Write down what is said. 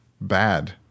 bad